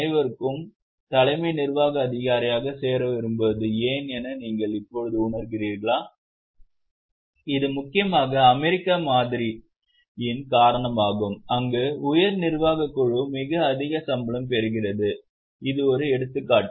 அனைவரும் தலைமை நிர்வாக அதிகாரியாக சேர விரும்புவது ஏன் என நீங்கள் இப்போது உணர்கிறீர்களா இது முக்கியமாக அமெரிக்க மாதிரியின் காரணமாகும் அங்கு உயர் நிர்வாக குழு மிக அதிக சம்பளம் பெறுகிறது இது ஒரு எடுத்துக்காட்டு